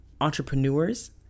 entrepreneurs